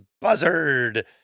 Buzzard